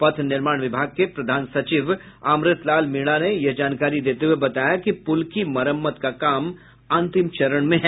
पथ निर्माण विभाग के प्रधान सचिव अमृत लाल मीणा ने यह जानकारी देते हुए बताया कि पुल की मरम्मत का काम अंतिम चरण में है